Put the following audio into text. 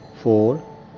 four